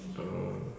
oh